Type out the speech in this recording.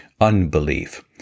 unbelief